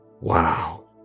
Wow